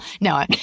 No